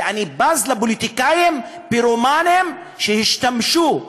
ואני בז לפוליטיקאים פירומנים שהשתמשו,